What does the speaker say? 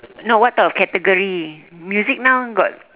no what type of category music now got